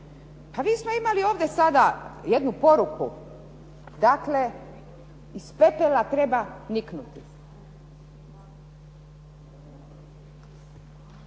Pa mi smo imali ovdje sada jednu poruku iz pepela treba niknuti.